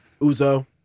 uzo